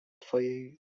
twojej